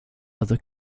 other